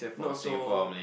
not so